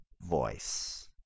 voice